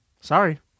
Sorry